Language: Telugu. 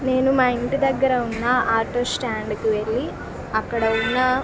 నేను మా ఇంటి దగ్గర వున్న ఆటోస్టాండ్కి వెళ్ళి అక్కడ ఉన్న